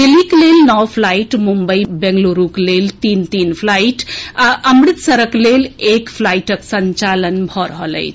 दिल्लीक लेल नओ पलाइट मुम्बई बेंगलुरूक लेल तीन तीन फ्लाइट आ अमृतसरक लेल एक फ्लाइटक संचालन भऽ रहल अछि